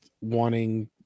wanting